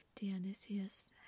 Dionysius